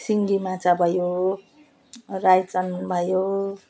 सिङ्गी माछा भयो रायचन भयो